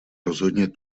rozhodně